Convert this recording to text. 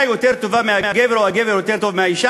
יותר טובה מהגבר או שהגבר יותר טוב מהאישה?